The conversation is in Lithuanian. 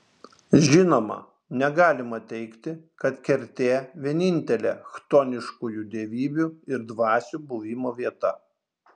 žinoma negalima teigti kad kertė vienintelė chtoniškųjų dievybių ir dvasių buvimo vieta